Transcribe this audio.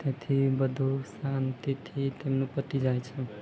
તેથી બધું શાંતિથી તેમનું પતી જાય છે